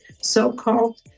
so-called